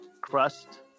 crust